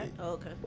okay